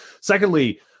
Secondly